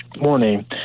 Morning